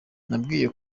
nabwiwe